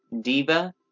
Diva